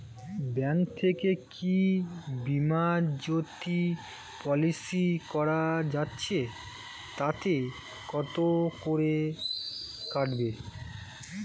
Bank থেকে কী বিমাজোতি পলিসি করা যাচ্ছে তাতে কত করে কাটবে?